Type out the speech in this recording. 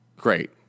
Great